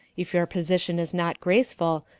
if your position is not graceful,